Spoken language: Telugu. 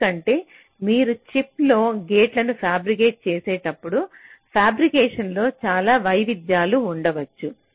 ఎందుకంటే మీరు చిప్లో గేట్లను ఫ్యాబ్రికెట్ చేసేటప్పుడు ఫ్యాబ్రికేషన్ లో చాలా వైవిధ్యాలు ఉండవచ్చు